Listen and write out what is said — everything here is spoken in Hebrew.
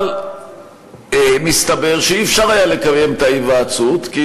אבל מסתבר שלא היה אפשר לקיים את ההיוועצות כי